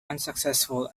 unsuccessful